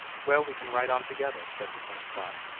well, we can ride on together said the king's son,